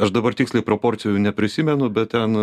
aš dabar tiksliai proporcijų neprisimenu bet ten